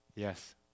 Yes